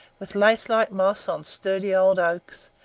with lace-like moss on sturdy old oaks,